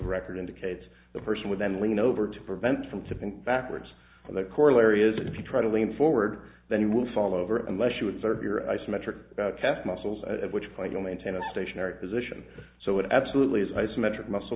record indicates the person would then lean over to prevent it from tipping backwards the corollary is if you try to lean forward then you will fall over unless you observe your isometric calf muscles at which point you maintain a stationary position so it absolutely is isometric muscle